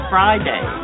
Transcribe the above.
Friday